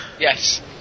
Yes